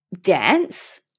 dance